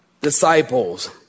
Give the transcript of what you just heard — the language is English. disciples